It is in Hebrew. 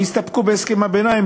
ויסתפקו בהסכם הביניים,